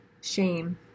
shame